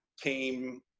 came